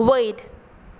वयर